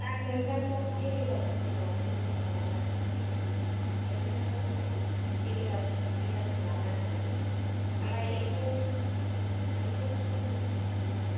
आं नोंथांखौ इउनिभार्सिटि आव रिसार्स खालामनो नागिरदोंमोन नोंथांखौ इउनिभार्सिटि नि रिसार्स खालामनो नागिरदोंमोन आङो ओमफ्राय एम्फौ फिसिगोन नोंथां